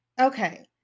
okay